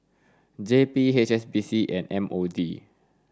J P H S B C and M O D